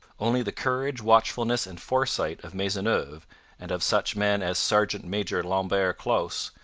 only the courage, watchfulness, and foresight of maisonneuve and of such men as sergeant-major lambert closse,